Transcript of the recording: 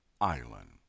island